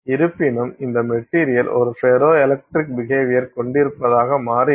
இருப்பினும் இந்த மெட்டீரியல் ஒரு ஃபெரோ எலக்ட்ரிக் பிகேவியர் கொண்டிருப்பதாக மாறிவிடும்